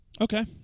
Okay